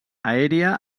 aèria